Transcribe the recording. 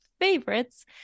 favorites